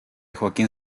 joaquín